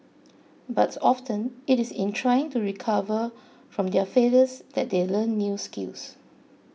but often it is in trying to recover from their failures that they learn new skills